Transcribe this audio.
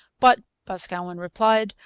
but boscawen replied,